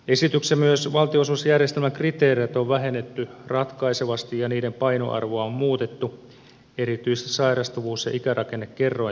esityksessä myös on valtionosuusjärjestelmän kriteereitä vähennetty ratkaisevasti ja niiden painoarvoa on muutettu erityisesti sairastavuus ja ikärakennekerrointen osalta